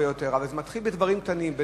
אבל זה מתחיל בדברים קטנים,